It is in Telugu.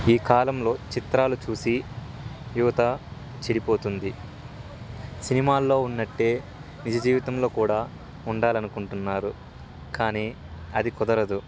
ఈ కాలంలో చిత్రాలు చూసి యువత చెడిపోతుంది సినిమాల్లో ఉన్నట్టే నిజ జీవితంలో కూడా ఉండాలనుకుంటున్నారు కానీ అది కుదరదు